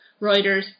Reuters